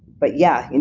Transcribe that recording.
but yeah, and